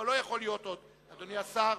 אדוני השר,